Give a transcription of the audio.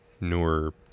newer